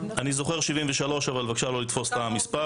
אני זוכר 73, אבל בבקשה לא לתפוס אותי במילה.